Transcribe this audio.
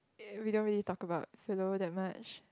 uh we don't really talk about philo that much